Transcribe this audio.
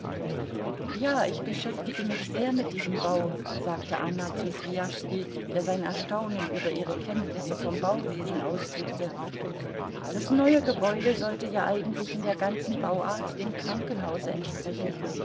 ja ich beschäftige mich sehr mit diesem bau sagte anna zu swijaschski der sein erstaunen über ihre kenntnisse vom bauwesen ausdrückte das neue gebäude sollte ja eigentlich in der ganzen bauart dem krankenhause entsprechen